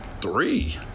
three